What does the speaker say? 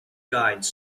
guides